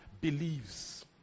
believes